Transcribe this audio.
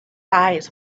eyes